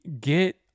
get